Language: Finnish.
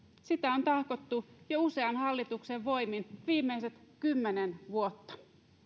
sitä on tahkottu jo usean hallituksen voimin viimeiset kymmenen vuotta